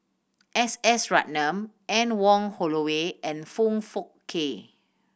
S S Ratnam Anne Wong Holloway and Foong Fook Kay